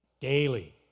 Daily